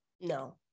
no